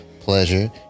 pleasure